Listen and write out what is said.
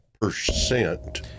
percent